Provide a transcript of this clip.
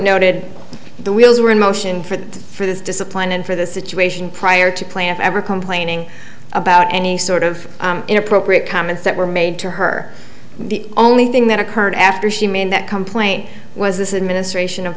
noted the wheels were in motion for the for this discipline and for the situation prior to plant ever complaining about any sort of inappropriate comments that were made to her the only thing that occurred after she made that complaint was this administration of